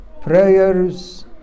prayers